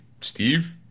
Steve